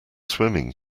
swimming